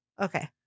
okay